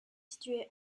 situé